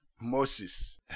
Moses